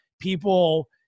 people